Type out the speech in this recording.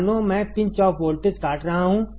मानो मैं pinch off काट रहा हूं